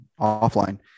offline